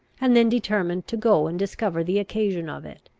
and then determined to go and discover the occasion of it.